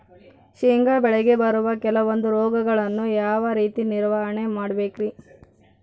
ಶೇಂಗಾ ಬೆಳೆಗೆ ಬರುವ ಕೆಲವೊಂದು ರೋಗಗಳನ್ನು ಯಾವ ರೇತಿ ನಿರ್ವಹಣೆ ಮಾಡಬೇಕ್ರಿ?